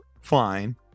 fine